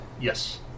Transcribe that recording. Yes